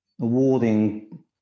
awarding